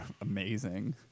Amazing